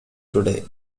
today